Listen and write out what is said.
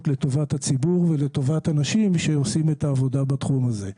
לטובת הציבור ולטובת האנשים שעושים את העבודה בתחום הזה.